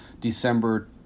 December